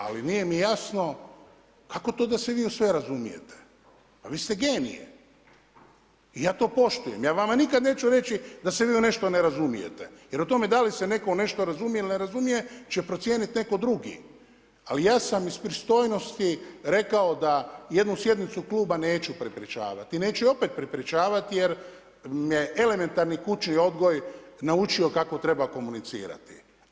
Ali nije mi jasno kako to da se vi u sve razumijete, pa vi ste genije i ja to poštujem, ja vam nikad neću reći da se vi u nešto ne razumijete jer u tome dal i se netko u netko u nešto razumije ili ne razumije će procijeniti netko drugi, ali ja sam iz pristojnosti rekao da jednu sjednicu kluba neću prepričavati i neću je opet prepričavati jer me elementarni kućni odgoj naučio kako treba komunicirati.